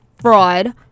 fraud